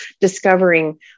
discovering